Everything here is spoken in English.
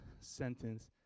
sentence